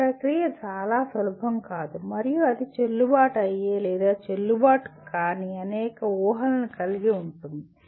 ఆ ప్రక్రియ చాలా సులభం కాదు మరియు ఇది చెల్లుబాటు అయ్యే లేదా చెల్లుబాటు కాని అనేక ఊహలను కలిగి ఉంటుంది